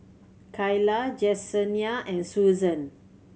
Cayla Jessenia and Suzan